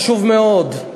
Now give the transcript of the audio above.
חשוב מאוד,